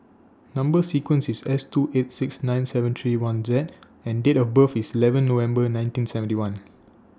Number sequence IS S two eight six nine seven three one Z and Date of birth IS eleven November nineteen seventy one